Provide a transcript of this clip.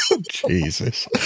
Jesus